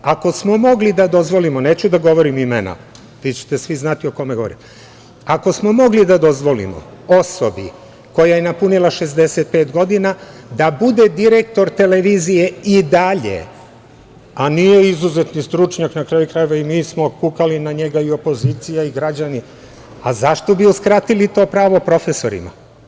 Ako smo mogli da dozvolimo, neću da govorim imena, vi ćete svi znati o kome govorim, ako smo mogli da dozvolimo osobi koja je napunila 65 godina da bude direktor Televizije i dalje, a nije izuzetni stručnjak, na kraju krajeva, i nismo kukali na njega, i opozicija i građani, a zašto bi uskratili to pravo profesorima?